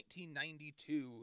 1992